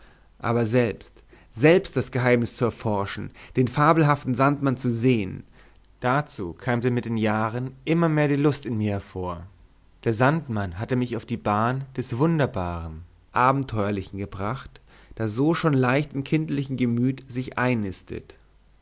aber selbst selbst das geheimnis zu erforschen den fabelhaften sandmann zu sehen dazu keimte mit den jahren immer mehr die lust in mir empor der sandmann hatte mich auf die bahn des wunderbaren abenteuerlichen gebracht das so schon leicht im kindlichen gemüt sich einnistet